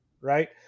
right